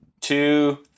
two